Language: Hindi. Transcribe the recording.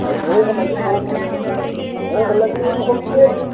अरे भूख लगी बहो भ भूख लगी है बहुत तेज़